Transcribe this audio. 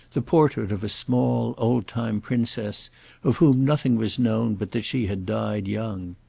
the portrait of a small old-time princess of whom nothing was known but that she had died young.